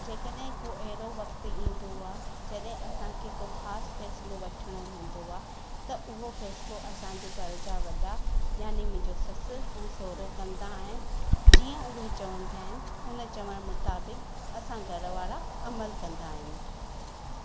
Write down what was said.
जेकॾहिं को अहिड़ो वक़्तु ईंदो आहे जॾहिं असांखे को ख़ासि फैसिलो वठणो हूंदो आहे त उहो फ़ैसिलो असांजे घर जा वॾा यानी मुंहिंजा ससु ऐं सहुरो कंदा आहिनि जीअं उहे चवंदा आहिनि उन चवणु मुताबिक़ असां घरवारा अमल कंदा आहियूं